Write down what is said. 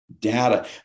data